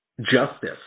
justice